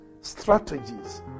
strategies